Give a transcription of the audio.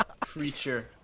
Creature